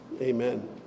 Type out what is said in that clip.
Amen